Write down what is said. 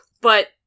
but-